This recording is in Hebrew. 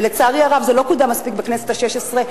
ולצערי הרב זה לא קודם מספיק בכנסת השש-עשרה,